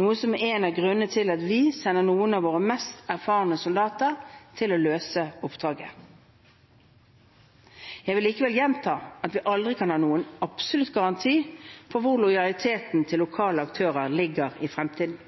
noe som er en av grunnene til at vi sender noen av våre mest erfarne soldater til å løse oppdraget. Jeg vil likevel gjenta at vi aldri kan ha noen absolutt garanti for hvor lojaliteten til lokale aktører ligger i fremtiden.